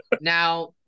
Now